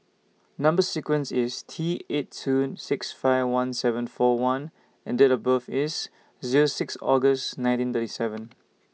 Number sequence IS T eight two six five one seven four one and Date of birth IS Zero six August nineteen thirty seven